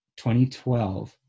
2012